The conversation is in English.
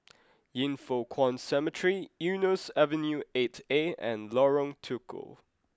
Yin Foh Kuan Cemetery Eunos Avenue eight A and Lorong Tukol